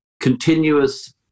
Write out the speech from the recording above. continuous